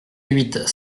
huit